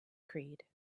creed